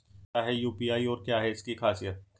क्या है यू.पी.आई और क्या है इसकी खासियत?